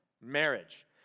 marriage